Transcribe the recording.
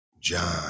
John